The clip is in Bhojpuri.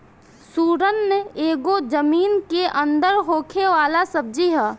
सुरन एगो जमीन के अंदर होखे वाला सब्जी हअ